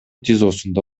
тизосунда